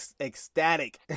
ecstatic